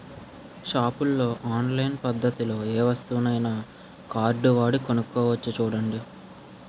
షాపుల్లో ఆన్లైన్ పద్దతిలో ఏ వస్తువునైనా కార్డువాడి కొనుక్కోవచ్చు చూడండి